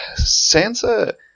Sansa